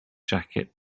jacket